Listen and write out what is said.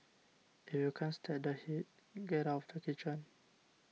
if you can't stand the heat get out of the kitchen